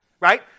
right